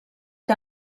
que